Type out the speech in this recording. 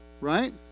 Right